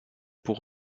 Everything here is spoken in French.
pour